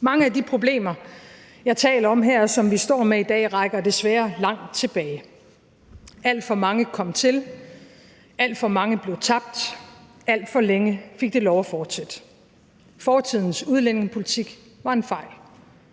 Mange af de problemer, jeg taler om her, og som vi står med i dag, rækker desværre langt tilbage. Alt for mange kom til, alt for mange blev tabt, alt for længe fik det lov at fortsætte. Fortidens udlændingepolitik var en fejl.